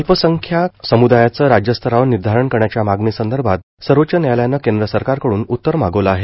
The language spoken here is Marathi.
अल्पसंख्याक समुदायाचं राज्यस्तरावर निर्धारण करण्याच्या मागणी संदर्भात सर्वोच्च न्यायालयानं केंद्र सरकारकडून उत्तर मागवलं आहे